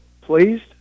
pleased